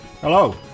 Hello